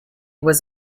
was